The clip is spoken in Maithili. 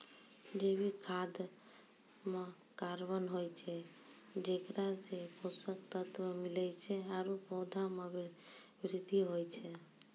जैविक खाद म कार्बन होय छै जेकरा सें पोषक तत्व मिलै छै आरु पौधा म वृद्धि होय छै